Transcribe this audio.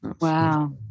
Wow